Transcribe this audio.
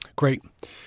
Great